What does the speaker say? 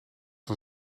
van